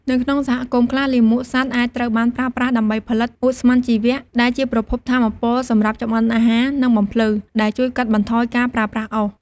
នៅក្នុងសហគមន៍ខ្លះ លាមកសត្វអាចត្រូវបានប្រើប្រាស់ដើម្បីផលិត ឧស្ម័នជីវៈ ដែលជាប្រភពថាមពលសម្រាប់ចម្អិនអាហារ និងបំភ្លឺ ដែលជួយកាត់បន្ថយការប្រើប្រាស់អុស។